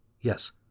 Yes